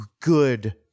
good